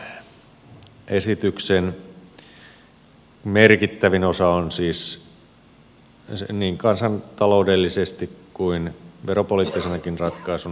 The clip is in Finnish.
tämän esityksen merkittävin osa on siis niin kansantaloudellisesti kuin veropoliittisenakin ratkaisuna yhteisöveron alennus